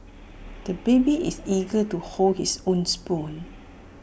the baby is eager to hold his own spoon